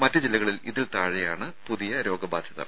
മറ്റ് ജില്ലകളിൽ ഇതിൽ താഴെയാണ് രോഗബാധിതർ